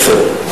בסדר.